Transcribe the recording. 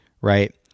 right